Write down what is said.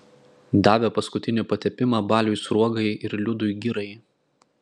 davė paskutinį patepimą baliui sruogai ir liudui girai